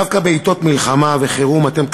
דווקא בעתות מלחמה וחירום אתם,